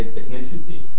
ethnicity